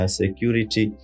security